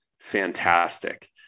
Fantastic